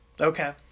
Okay